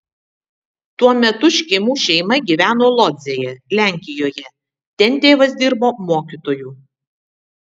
tuo metu škėmų šeima gyveno lodzėje lenkijoje ten tėvas dirbo mokytoju